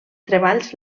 treballs